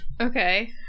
Okay